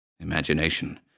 Imagination